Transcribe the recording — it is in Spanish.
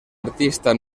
artista